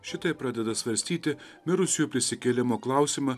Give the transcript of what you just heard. šitaip pradeda svarstyti mirusiųjų prisikėlimo klausimą